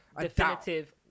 definitive